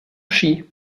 ski